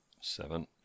Seven